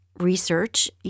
research